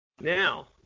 Now